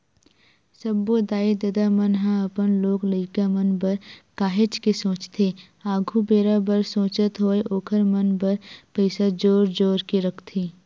सब्बो दाई ददा मन ह अपन लोग लइका मन बर काहेच के सोचथे आघु बेरा बर सोचत होय ओखर मन बर पइसा जोर जोर के रखथे